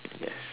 yes